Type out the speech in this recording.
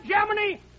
Germany